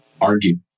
argue